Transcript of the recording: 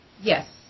Yes